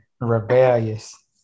Rebellious